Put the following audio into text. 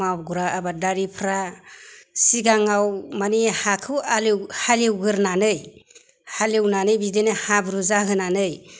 मावग्रा आबादारिफोरा सिगाङाव माने हाखौ हालेवग्रोनानै हालेवनानै बिदिनो हाब्रु जाहोनानै